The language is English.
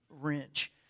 wrench